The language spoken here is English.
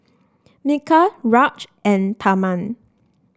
Milkha Raj and Tharman